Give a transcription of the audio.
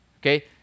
Okay